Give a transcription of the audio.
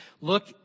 look